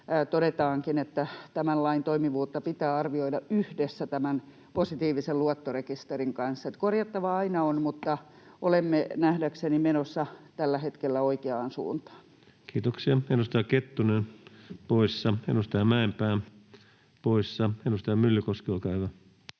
todetaankin, että tämän lain toimivuutta pitää arvioida yhdessä tämän positiivisen luottorekisterin kanssa. Korjattavaa aina on, mutta olemme nähdäkseni menossa tällä hetkellä oikeaan suuntaan. Kiitoksia. — Edustaja Kettunen poissa, edustaja Mäenpää poissa. — Edustaja Myllykoski, olkaa hyvä.